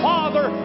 Father